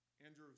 Andrews